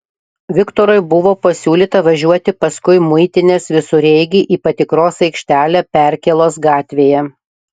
viktorui buvo pasiūlyta važiuoti paskui muitinės visureigį į patikros aikštelę perkėlos gatvėje